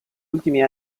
ultimi